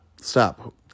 stop